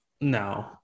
No